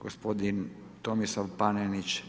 Gospodin Tomislav Panenić.